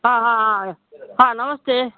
ಹಾಂ ಹಾಂ ಹಾಂ ಹಾಂ ನಮಸ್ತೆ